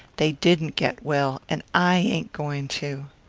they didn't get well, and i ain't going to.